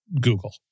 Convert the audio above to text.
Google